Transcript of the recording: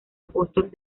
apóstol